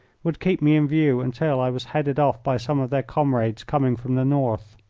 would keep me in view until i was headed off by some of their comrades coming from the north.